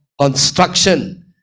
construction